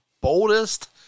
boldest